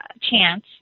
chance